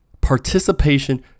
participation